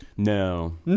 No